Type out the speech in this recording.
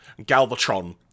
Galvatron